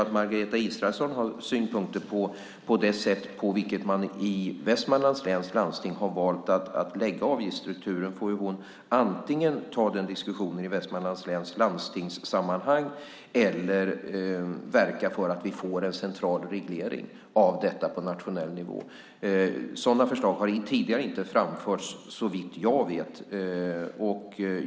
Om Margareta Israelsson har synpunkter på det sätt på vilket man i Västmanlands läns landsting har valt att utforma avgiftsstrukturen får hon antingen ta den diskussionen i detta landstings sammanhang eller verka för att vi får en central reglering av det här på nationell nivå. Sådana förslag har tidigare inte framförts, såvitt jag vet.